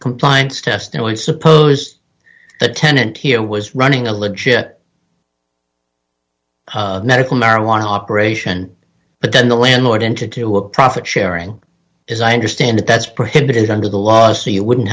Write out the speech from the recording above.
compliance test and i suppose the tenant here was running a legit medical marijuana operation but then the landlord into kill a profit sharing as i understand it that's prohibited under the law so you wouldn't